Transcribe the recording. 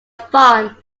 farm